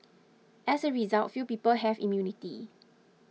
as a result few people have immunity